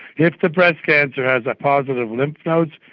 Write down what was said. if the breast cancer has ah positive lymph nodes,